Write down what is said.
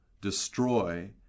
destroy